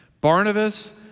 Barnabas